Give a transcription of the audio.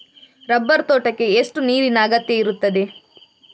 Rubber ತೋಟಕ್ಕೆ ಎಷ್ಟು ನೀರಿನ ಅಗತ್ಯ ಇರುತ್ತದೆ?